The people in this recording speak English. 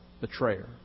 betrayer